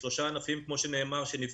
אלה שלושה ענפים מבין ענפי החקלאות שנפגעו